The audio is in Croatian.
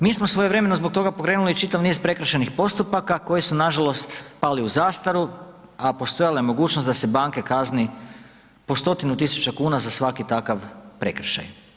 Mi smo svojevremeno pokrenuli čitav niz prekršajnih postupaka koji su nažalost pali u zastaru, a postojala je mogućnost da se banke kazni po stotinu tisuća kuna za svaki takav prekršaj.